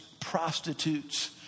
prostitutes